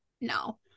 No